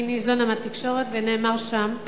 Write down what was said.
אני ניזונה מהתקשורת, ונאמר שם,